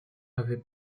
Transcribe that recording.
avait